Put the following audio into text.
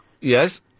Yes